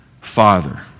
Father